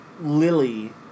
Lily